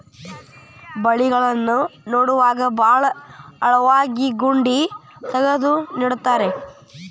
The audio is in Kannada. ಬಳ್ಳಿಗಳನ್ನ ನೇಡುವಾಗ ಭಾಳ ಆಳವಾಗಿ ಗುಂಡಿ ತಗದು ನೆಡತಾರ